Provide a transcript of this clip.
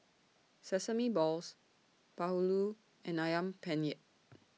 Sesame Balls Bahulu and Ayam Penyet